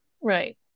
Right